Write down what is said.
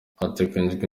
hateganijwe